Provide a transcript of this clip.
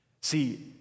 See